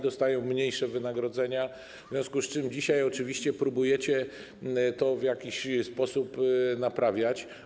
Dostają mniejsze wynagrodzenia, w związku z czym dzisiaj oczywiście próbujecie to w jakiś sposób naprawiać.